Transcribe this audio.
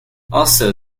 also